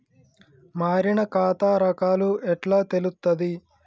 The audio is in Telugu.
మారిన ఖాతా రకాలు ఎట్లా తెలుత్తది?